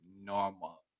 normal